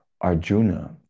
arjuna